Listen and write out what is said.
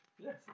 Yes